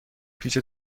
پیچ